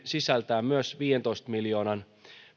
sisältää myös viidentoista miljoonan